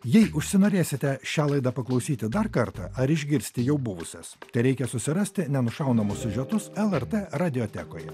jei užsinorėsite šią laidą paklausyti dar kartą ar išgirsti jau buvusias tereikia susirasti nenušaunamus siužetus lrt radiotekoje